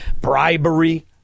bribery